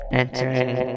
entering